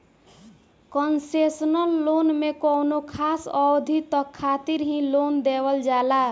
concessional loan में कौनो खास अवधि तक खातिर ही लोन देवल जाला